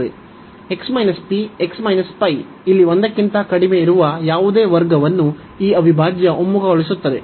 x p x π ಇಲ್ಲಿ 1 ಕ್ಕಿಂತ ಕಡಿಮೆ ಇರುವ ಯಾವುದೇ ವರ್ಗವನ್ನು ಈ ಅವಿಭಾಜ್ಯ ಒಮ್ಮುಖಗೊಳಿಸುತ್ತದೆ